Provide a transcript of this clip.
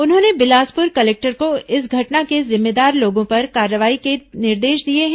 उन्होंने बिलासपुर कलेक्टर को इस घटना के जिम्मेदार लोगों पर कार्रवाई के निर्देश दिए हैं